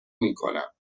میکنم